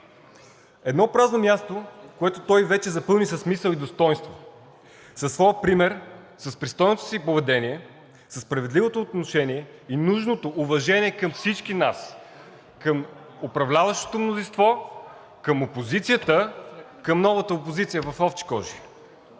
Едно празно място, което той вече запълни с мисъл и достойнство със своя пример, с пристойното си поведение, със справедливото отношение и нужното уважение към всички нас – към управляващото мнозинство, към опозицията, към новата опозиция в овчи кожи.